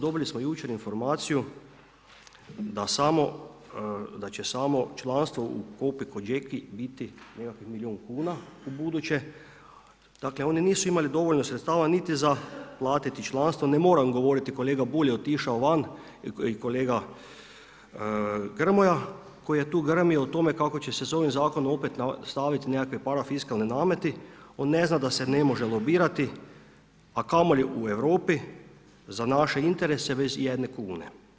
Dobili smo jučer informaciju da će samo članstvo u COPA-cogeca biti nekih milijun kuna ubuduće, dakle oni nisu imali dovoljno sredstava niti za platiti članstvo, ne moram govoriti, kolega Bulj je otišao van i kolega Grmoja koji je tu grmio o tome kako će se ovim zakonom opet staviti neki parafiskalni nameti, on ne zna da se ne može lobirati a kamoli u Europi za naše interese bez ijedne kune.